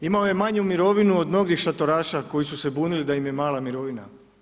Imao je manju mirovinu od mnogih šatoraša koji su se bunili da im je mala mirovina.